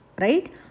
Right